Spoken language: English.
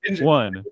one